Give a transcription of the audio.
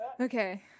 Okay